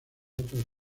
otros